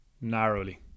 narrowly